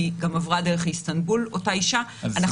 כי אותה אישה גם עברה דרך איסטנבול.